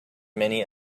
many